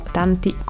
tanti